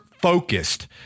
focused